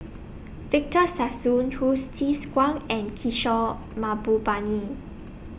Victor Sassoon Hsu Tse Kwang and Kishore Mahbubani